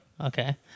Okay